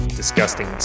disgusting